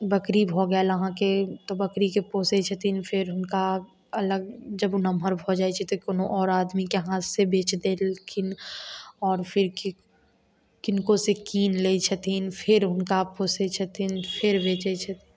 बकरी भऽ गेल अहाँके तऽ बकरीके पोसै छथिन फेर हुनका अलग जब ओ नमहर भऽ जाइ छै तऽ कोनो आओर आदमीके हाथसे बेचि देलखिन आओर फिर कि किनको से कीनि लै छथिन फेर हुनका पोसै छथिन फेर बेचै छथिन